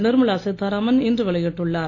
நிர்மலா சீதாராமன் இன்று வெளியிட்டுள்ளார்